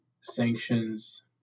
sanctions